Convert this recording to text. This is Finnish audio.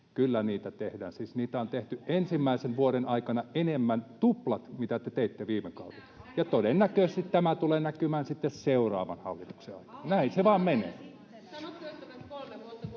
Kyllä niitä tehdään. Siis niitä on tehty ensimmäisen vuoden aikana enemmän, tuplat, kuin mitä te teitte viime kaudella, [Piritta Rantasen välihuuto] ja todennäköisesti tämä tulee näkymään sitten seuraavan hallituksen aikana. Näin se vain menee.